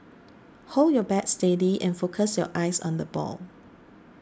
hold your bat steady and focus your eyes on the ball